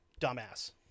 dumbass